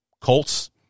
Colts